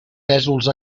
pésols